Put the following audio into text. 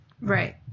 Right